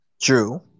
True